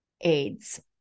AIDS